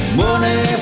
money